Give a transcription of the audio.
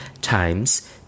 times